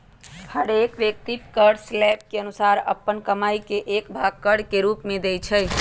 हरेक व्यक्ति कर स्लैब के अनुसारे अप्पन कमाइ के एक भाग कर के रूप में देँइ छै